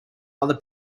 other